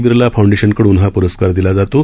बिर्ला फाऊंडेशनकड्रन हा प्रस्कार दिला जातो